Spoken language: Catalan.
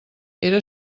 era